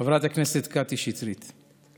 חברת הכנסת קטי שטרית,